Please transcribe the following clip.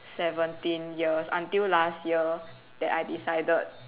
seventeen years until last year that I decided